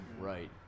Right